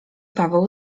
paweł